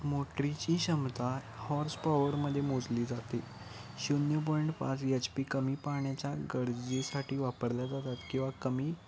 मोटरीची क्षमता हॉर्सपॉवरमध्ये मोजली जाते शून्य पॉईंट पाच एच पी कमी पाण्याच्या गरजेसाठी वापरल्या जातात किंवा कमी